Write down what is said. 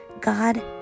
god